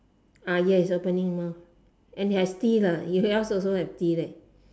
ah yes opening mouth and has teeth ah yours also have teeth eh